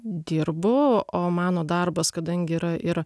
dirbu o mano darbas kadangi yra ir